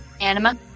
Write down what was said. Anima